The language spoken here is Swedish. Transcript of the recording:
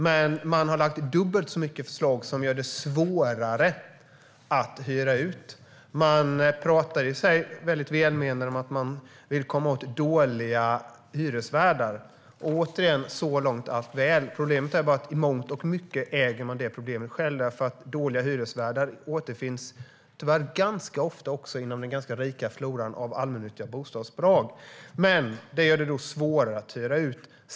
Men han har lagt fram dubbelt så många förslag som gör det svårare att hyra ut. Man talar i och för sig väldigt välmenande om att man vill komma åt dåliga hyresvärdar. Återigen: Så långt är allt väl. Problemet är bara att man i mångt och mycket äger det problemet själv. Dåliga hyresvärdar återfinns tyvärr ganska ofta inom den ganska rika floran av allmännyttiga bostadsbolag. Men det gör det svårare att hyra ut.